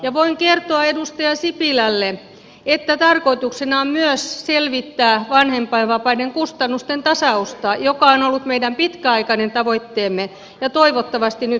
voin kertoa edustaja sipilälle että tarkoituksena on myös selvittää vanhempainvapaiden kustannusten tasausta joka on ollut meidän pitkäaikainen tavoitteemme ja toivottavasti nyt etenee